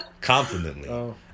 confidently